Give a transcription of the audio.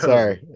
Sorry